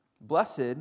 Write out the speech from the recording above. Blessed